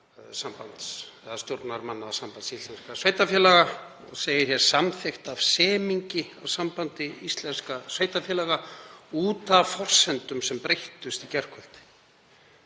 vilja stjórnarmanna Sambands íslenskra sveitarfélaga, og segir hér: Samþykkt með semingi af Sambandi íslenskra sveitarfélaga út af forsendum sem breyttust í gærkvöldi.